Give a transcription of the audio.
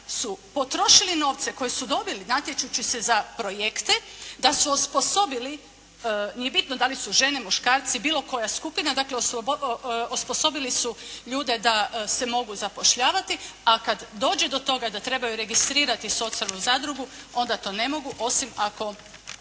su potrošili novce koje su dobili natječući se za projekte, da su osposobili, nije bitno da li su žene, muškarci, bilo koja skupina. Dakle, osposobili su ljude da se mogu zapošljavati, a kad dođe do toga da trebaju registrirati socijalnu zadrugu onda to ne mogu osim ako